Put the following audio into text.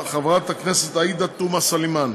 חברת הכנסת עאידה תומא סלימאן,